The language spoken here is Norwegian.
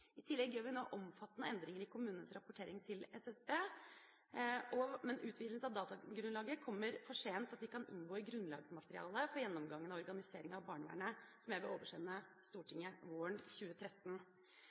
I tillegg gjør vi nå omfattende endringer i kommunenes rapportering til SSB. Men utvidelse av datagrunnlaget kommer for sent til at de kan inngå i grunnlagsmaterialet for gjennomgangen av organisering av barnevernet, som jeg vil oversende